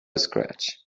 scratch